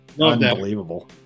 unbelievable